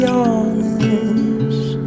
honest